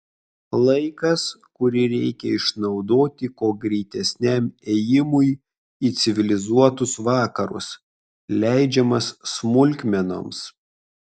laikas kurį reikia išnaudoti kuo greitesniam ėjimui į civilizuotus vakarus leidžiamas smulkmenoms